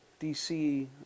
DC